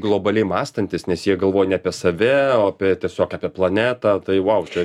globaliai mąstantys nes jie galvoja ne apie save o apie tiesiog apie planetą tai vau čia